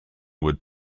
would